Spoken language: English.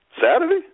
Saturday